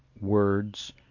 words